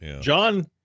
John